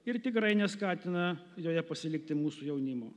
ir tikrai neskatina joje pasilikti mūsų jaunimo